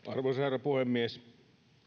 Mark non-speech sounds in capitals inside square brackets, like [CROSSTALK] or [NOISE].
[UNINTELLIGIBLE] arvoisa herra puhemies